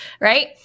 right